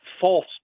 false